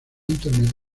internet